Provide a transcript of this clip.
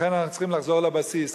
לכן אנחנו צריכים לחזור לבסיס.